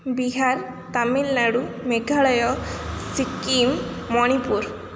Bihar Tamil Nadu Meghalaya Sikkim Manipur